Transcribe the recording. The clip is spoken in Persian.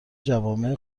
جوامع